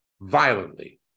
violently